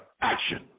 action